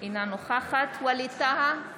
אינה נוכחת ווליד טאהא,